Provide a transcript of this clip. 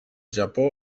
japó